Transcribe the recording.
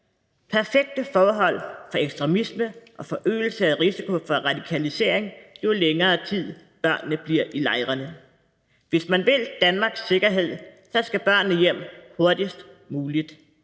perfekte forhold for ekstremisme, og der er en forøgelse af risikoen for radikalisering, jo længere tid børnene bliver i lejrene. Hvis man vil Danmarks sikkerhed, skal børnene hjem hurtigst muligt,